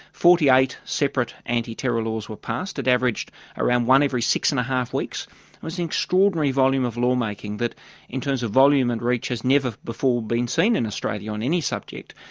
forty eight separate anti-terror laws were passed. it averaged around one every six. and five weeks. it was an extraordinary volume of lawmaking that in terms of volume and reach has never before been seen in australia on any subject.